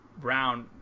Brown